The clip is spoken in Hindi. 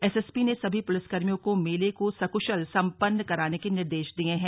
एसएसपी ने सभी पुलिसकर्मियों को मेले को सक्शल संपन्न कराने के निर्देश दिये हैं